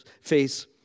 face